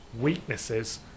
weaknesses